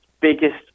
biggest